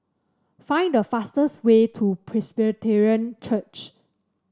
find the fastest way to Presbyterian Church